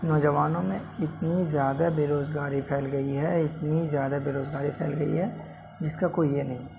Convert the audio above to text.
نوجوانوں میں اتنی زیادہ بےروزگاری پھیل گئی ہے اتنی زیادہ بےروزگاری پھیل گئی ہے جس کا کوئی یہ نہیں